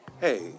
Hey